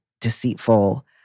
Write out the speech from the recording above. deceitful